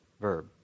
verb